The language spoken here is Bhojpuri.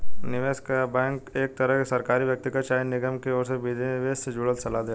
निवेश वाला बैंक एक तरह के सरकारी, व्यक्तिगत चाहे निगम के ओर से निवेश से जुड़ल सलाह देला